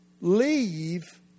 leave